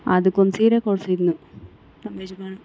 ಅದಕ್ಕೊಂದು ಸೀರೆ ಕೊಡಿಸಿದ್ನು ನಮ್ಮ ಯಜಮಾನ